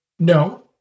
No